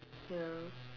ya